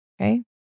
Okay